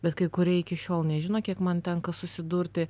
bet kai kurie iki šiol nežino kiek man tenka susidurti